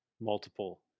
multiple